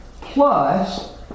plus